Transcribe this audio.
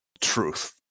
truth